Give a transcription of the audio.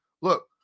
Look